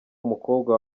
umukobwa